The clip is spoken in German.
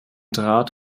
draht